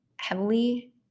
heavily